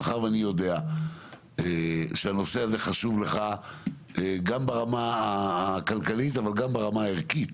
מאחר ואני יודע שהנושא הזה חשוב לך גם ברמה הכלכלית אבל גם ברמה הערכית,